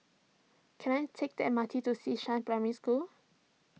can I take the M R T to Xishan Primary School